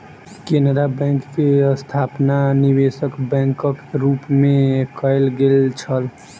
Canara bank के स्थापना निवेशक बैंकक रूप मे कयल गेल छल